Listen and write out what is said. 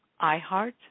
iHeart